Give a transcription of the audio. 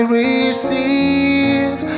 receive